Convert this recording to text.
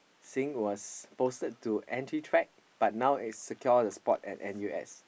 saying was posted to N_T_U track but now is secure a spot at N_U_S